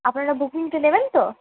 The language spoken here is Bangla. আপনারা বুকিংটা নেবেন তো